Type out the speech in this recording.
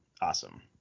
Awesome